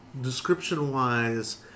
Description-wise